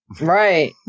Right